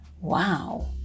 Wow